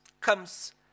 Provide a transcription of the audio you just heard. comes